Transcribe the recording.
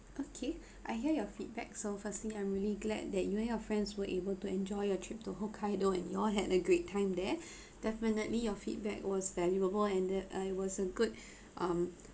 okay I hear your feedback so firstly I'm really glad that you and your friends were able to enjoy your trip to hokkaido and you all had a great time there definitely your feedback was valuable and uh uh it was a good um